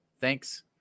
Thanks